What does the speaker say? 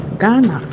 Ghana